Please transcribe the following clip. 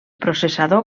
processador